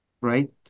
Right